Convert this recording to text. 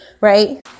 Right